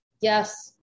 Yes